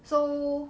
so